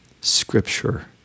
scripture